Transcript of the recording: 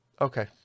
Okay